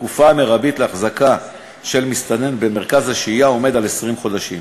התקופה המרבית להחזקת מסתנן במרכז השהייה היא 20 חודשים,